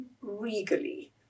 regally